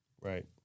Right